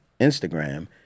Instagram